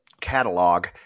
catalog